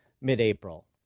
mid-April